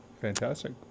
Fantastic